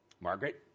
Margaret